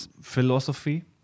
philosophy